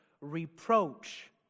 reproach